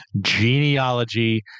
genealogy